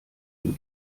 ihm